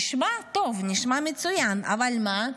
נשמע טוב, נשמע מצוין, אבל מה?